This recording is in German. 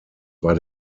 war